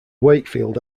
wakefield